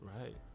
Right